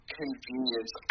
convenience